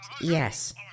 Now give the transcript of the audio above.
Yes